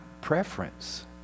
preference